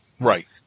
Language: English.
Right